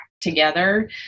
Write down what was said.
together